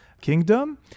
kingdom